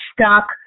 stuck